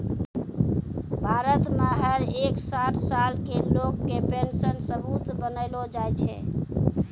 भारत मे हर एक साठ साल के लोग के पेन्शन सबूत बनैलो जाय छै